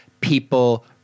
people